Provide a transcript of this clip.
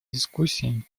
дискуссии